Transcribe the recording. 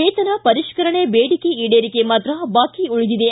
ವೇತನ ಪರಿಷ್ತರಣೆ ಬೇಡಿಕೆ ಈಡೇರಿಕೆ ಮಾತ್ರ ಬಾಕಿ ಉಳಿದಿದೆ